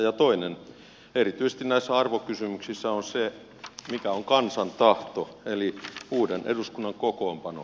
ja toinen erityisesti näissä arvokysymyksissä on se mikä on kansan tahto eli uuden eduskunnan kokoonpano